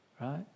right